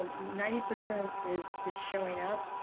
um ninety percent is showing up.